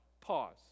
Pause